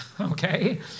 okay